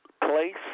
place